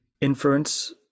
inference